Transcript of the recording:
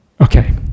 Okay